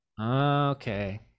Okay